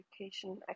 education